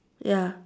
ya